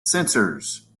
sensors